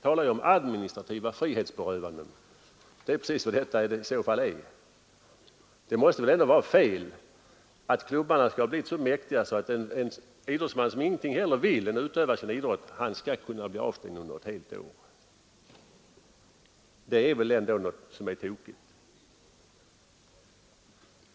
Vi talar ju om administrativa frihetsberövanden, och det är precis vad detta i så fall är. Det måste väl ändå vara fel att klubbarna har blivit så mäktiga att en idrottsman, som ingenting hellre vill än utöva sin idrott, skall kunna bli avstängd under ett helt år. Då är det väl något som är tokigt.